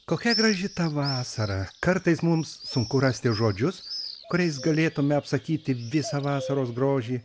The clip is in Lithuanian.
kokia graži ta vasara kartais mums sunku rasti žodžius kuriais galėtume apsakyti visą vasaros grožį